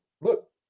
look